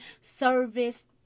service